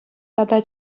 тата